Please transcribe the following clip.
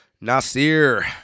Nasir